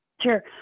Sure